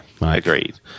agreed